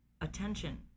attention